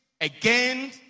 Again